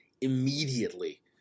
immediately